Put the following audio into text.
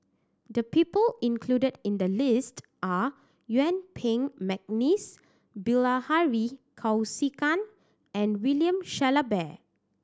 the people included in the list are Yuen Peng McNeice Bilahari Kausikan and William Shellabear